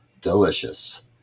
delicious